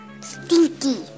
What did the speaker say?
Stinky